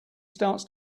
starts